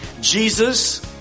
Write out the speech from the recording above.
Jesus